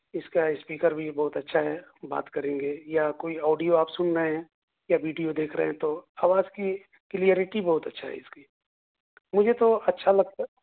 اس کا اسپیکر بھی بہت اچھا ہے بات کریں گے یا کوئی آڈیو آپ سن رہے ہیں یا ویڈیو دیکھ رہے ہیں تو آواز کی کلیرٹی بہت اچھا ہے اس کی مجھے تو اچھا لگتا